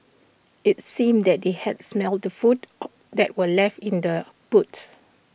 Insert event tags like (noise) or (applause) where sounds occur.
IT seemed that they had smelt the food (hesitation) that were left in the boot